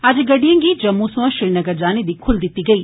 अज्ज गड्डिएं गी जम्मू सोयां श्रीनगर जाने दी खुल्ल दित्ती गेई